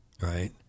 right